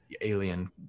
alien